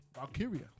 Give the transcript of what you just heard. Valkyria